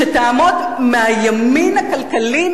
שתעמוד מהימין הכלכלי,